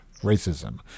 Racism